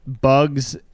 bugs